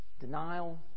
denial